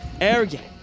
arrogant